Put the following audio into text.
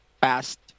past